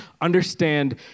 understand